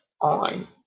on